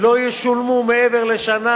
לא ישולמו מעבר לשנה,